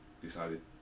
decided